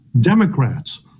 Democrats